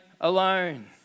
alone